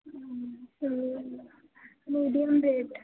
medium rate